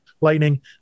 Lightning